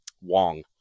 wong